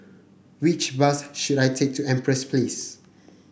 which bus should I take to Empress Place